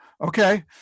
Okay